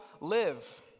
live